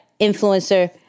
influencer